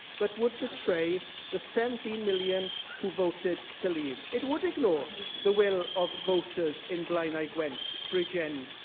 but would betray the seventeen million who voted to leave. it would ignore the will of voters in blaenau gwwent, bridgend,